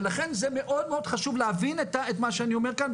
ולכן זה מאוד חשוב להבין את מה שאני אומר כאן,